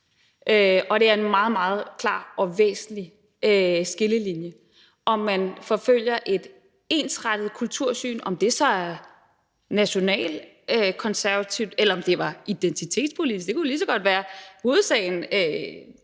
er en meget, meget klar og væsentlig skillelinje, om man forfølger et ensrettet kultursyn, om det er nationalkonservativt, eller om det er identitetspolitisk; det kunne det jo lige så godt være. Hovedtanken